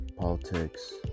politics